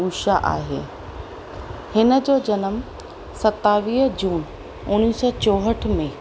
उषा आहे हिन जो जनमु सतावीह जून उणिवीह सौ चोहठि में